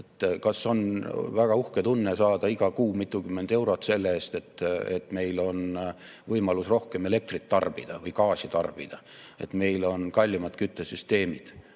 Kas on väga uhke tunne saada iga kuu mitukümmend eurot selle eest, et meil on võimalus rohkem elektrit tarbida või gaasi tarbida, et meil on kallimad küttesüsteemid